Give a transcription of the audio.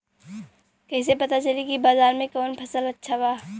कैसे पता चली की बाजार में कवन फसल अच्छा बा?